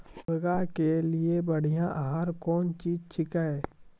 मुर्गी के बढ़िया आहार कौन चीज छै के?